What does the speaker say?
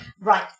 Right